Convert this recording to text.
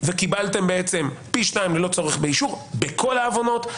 וקיבלתם פי 2, ללא צורך באישור, בכל העוונות.